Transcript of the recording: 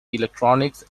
electronics